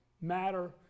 matter